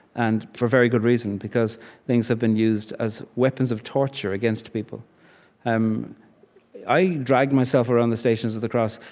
and for very good reason, because things have been used as weapons of torture against people um i dragged myself around the stations of the cross.